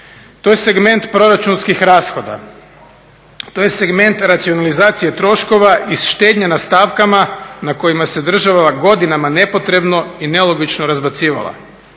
To je segment proračunskih rashoda, to je segment racionalizacije troškova i štednje na stavkama na kojima se država godinama nepotrebno i nelogično razbacivala.